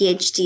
PhD